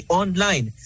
online